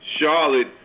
Charlotte